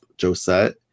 Josette